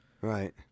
Right